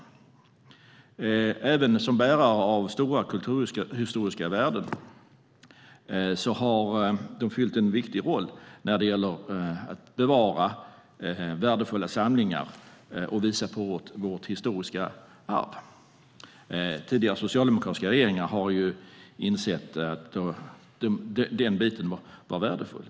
De har haft en viktig roll som bärare av stora kulturhistoriska värden när det gäller att bevara värdefulla samlingar och visa vårt historiska arv. Tidigare socialdemokratiska regeringar har insett att detta var värdefullt.